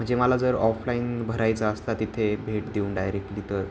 म्हणजे मला जर ऑफलाईन भरायचा असता तिथे भेट देऊन डायरेक्टली तर